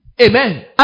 Amen